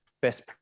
best